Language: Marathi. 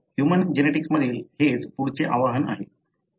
तर ह्यूमन जेनेटिक्स मधील हेच पुढचे आव्हान आहे